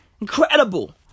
Incredible